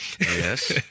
Yes